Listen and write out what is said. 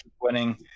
winning